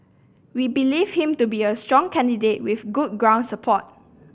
we believe him to be a strong candidate with good ground support